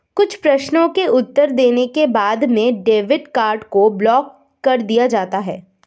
कुछ प्रश्नों के उत्तर देने के बाद में डेबिट कार्ड को ब्लाक कर दिया जाता है